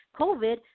COVID